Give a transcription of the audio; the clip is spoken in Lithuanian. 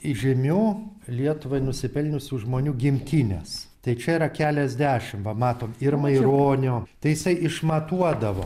įžymių lietuvai nusipelniusių žmonių gimtines tai čia yra keliasdešimt va matom ir maironio tai jisai išmatuodavo